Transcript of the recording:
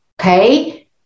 Okay